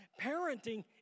Parenting